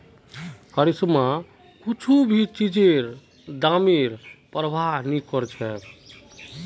करिश्मा कुछू भी चीजेर दामेर प्रवाह नी करछेक